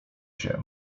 się